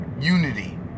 unity